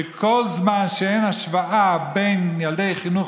שכל זמן שאין השוואה בין ילדי חינוך